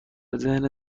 ذهن